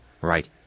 right